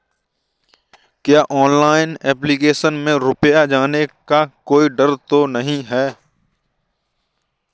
क्या online application में रुपया जाने का कोई डर तो नही है?